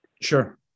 Sure